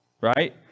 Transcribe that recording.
right